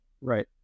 right